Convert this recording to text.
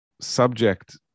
subject